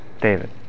David